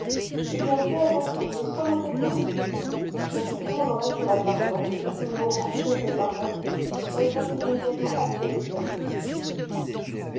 eh bien fais attention je vais prononcer ton nom j'appliquai mon oreille sur la paroi et dès que le mot axel me parvint je répondis immédiatement axel puis j'attendis